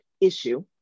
issue